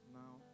now